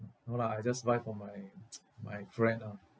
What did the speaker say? no lah I just buy from my my friend ah